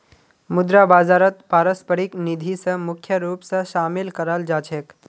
मुद्रा बाजारत पारस्परिक निधि स मुख्य रूप स शामिल कराल जा छेक